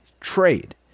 trade